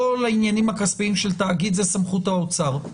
כל העניינים הכספיים של תאגיד זה סמכות האוצר?